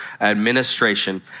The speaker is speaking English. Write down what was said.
administration